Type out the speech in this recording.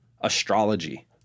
astrology